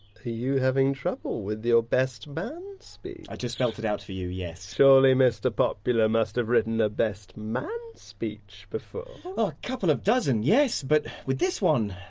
you, are you having trouble with your best man speech? i just spelt it out for you, yes. surely mr popular must have written a best man speech before? a couple of dozen, yes, but, with this one,